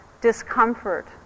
discomfort